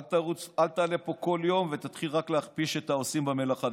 אל תעלה לפה כל יום ותתחיל רק להכפיש את העושים במלאכה.